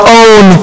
own